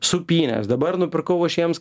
supynes dabar nupirkau aš jiems